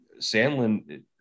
sandlin